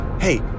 hey